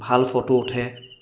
ভাল ফটো উঠে